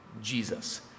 Jesus